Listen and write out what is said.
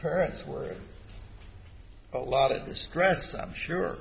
parents worry a lot of stress i'm sure